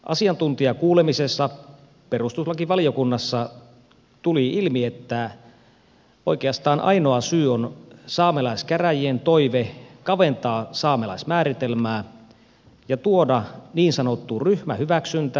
asiantuntijakuulemisessa perustuslakivaliokunnassa tuli ilmi että oikeastaan ainoa syy on saamelaiskäräjien toive kaventaa saamelaismääritelmää ja tuoda niin sanottu ryhmähyväksyntä osaksi lainsäädäntöä